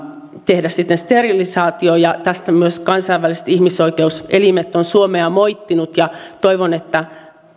tehdä sitten sterilisaatio tästä ovat myös kansainväliset ihmisoikeuselimet suomea moittineet ja toivon että